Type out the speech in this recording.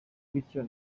bityo